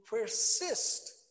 persist